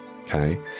Okay